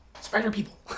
Spider-People